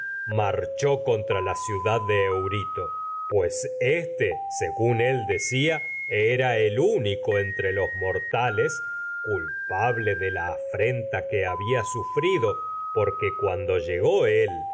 mqrchó contra la ciudad de eurito pues éste las traqüinias según él decía ble de la era el único entre los mortales culpa afrenta que había sufrido porque cuando lle